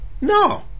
No